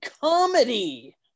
comedy